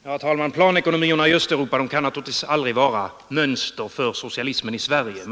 Herr talman! Planekonomierna i Östeuropa kan naturligtvis aldrig vara mönster för socialismen i Sverige.